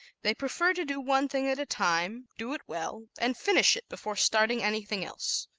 they prefer to do one thing at a time, do it well and finish it before starting anything else.